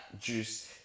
juice